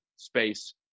space